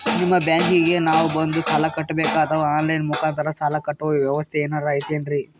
ನಿಮ್ಮ ಬ್ಯಾಂಕಿಗೆ ನಾವ ಬಂದು ಸಾಲ ಕಟ್ಟಬೇಕಾ ಅಥವಾ ಆನ್ ಲೈನ್ ಮುಖಾಂತರ ಸಾಲ ಕಟ್ಟುವ ವ್ಯೆವಸ್ಥೆ ಏನಾರ ಐತೇನ್ರಿ?